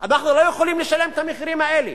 אנחנו לא יכולים לשלם את המחירים האלה.